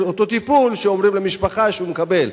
אותו טיפול שאומרים למשפחה שהוא מקבל.